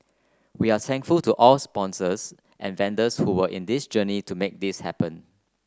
we are thankful to all our sponsors and vendors who were in this journey to make this happen